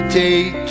take